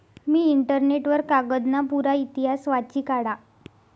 मी internet वर कागदना पुरा इतिहास वाची काढा